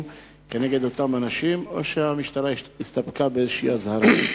כנגד אותם אנשים או שהמשטרה הסתפקה באיזושהי אזהרה.